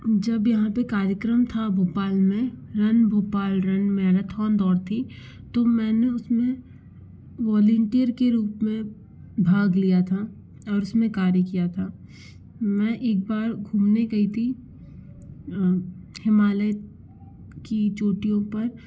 जब यहाँ पर कार्यक्रम था भोपाल में रन भोपाल रन मैराथॉन दौड़ थी तो मैंने उस में वॉलिंटियर के रूप में भाग लिया था और उस में कार्य किया था मैं एक बार घूमने गई थी हिमालय की चोटियों पर